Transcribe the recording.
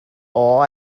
all